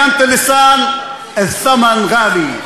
משפט אחרון.